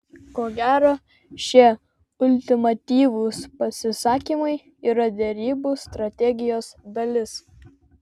ko gero šie ultimatyvūs pasisakymai yra derybų strategijos dalis